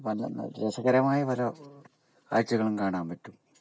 പിന്നെ പല രസകരമായ പല കാഴ്ചകളും കാണാൻ പറ്റും അതുപോലെ